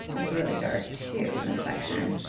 is really dark too in this section.